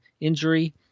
injury